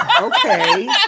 Okay